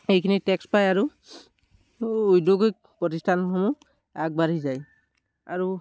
এইখিনি টেক্স পাই আৰু উদ্যোগিক প্ৰতিষ্ঠানসমূহ আগবাঢ়ি যায় আৰু